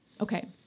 Okay